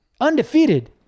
Undefeated